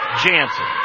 Jansen